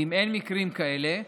אם אין מקרים כאלה,